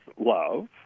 love